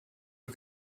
you